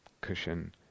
cushion